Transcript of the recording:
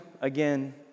again